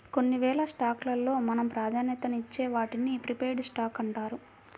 కొన్ని వేల స్టాక్స్ లో మనం ప్రాధాన్యతనిచ్చే వాటిని ప్రిఫర్డ్ స్టాక్స్ అంటారు